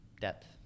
depth